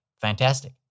fantastic